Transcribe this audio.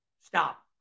Stop